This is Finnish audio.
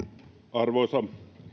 arvoisa